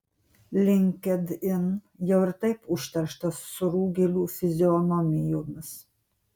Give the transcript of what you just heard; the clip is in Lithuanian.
linkedin jau ir taip užterštas surūgėlių fizionomijomis